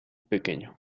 pequeño